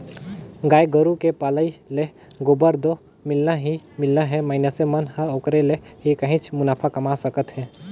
गाय गोरु के पलई ले गोबर तो मिलना ही मिलना हे मइनसे मन ह ओखरे ले ही काहेच मुनाफा कमा सकत हे